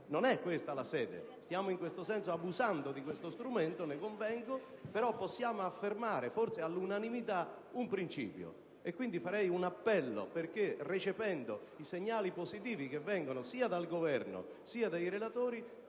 (non è questa la sede, e stiamo, in questo senso, abusando di tale strumento, ne convengo), possiamo però affermare, forse all'unanimità, un principio. Quindi faccio un appello perché, recependo i segnali positivi che vengono sia dal Governo, che dai relatori,